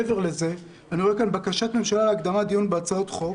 מעבר לזה אני רואה כאן בקשת ממשלה להקדמת דיון בהצעות חוק.